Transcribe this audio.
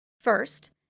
First